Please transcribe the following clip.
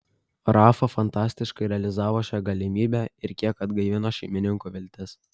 rafa fantastiškai realizavo šią galimybę ir kiek atgaivino šeimininkų viltis